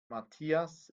matthias